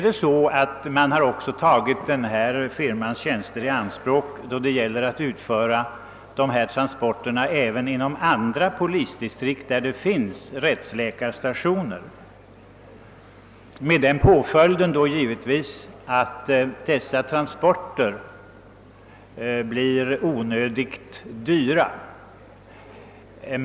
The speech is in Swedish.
Däremot har man tagit denna firmas tjänster i anspråk också då det gäller att utföra dessa transporter inom andra polisdistrikt, där det finns rättsläkarstationer, med den påföljden givetvis, att transporterna blir onödigt dyra.